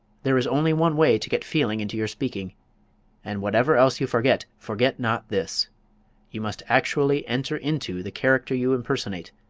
there is only one way to get feeling into your speaking and whatever else you forget, forget not this you must actually enter into the character you impersonate,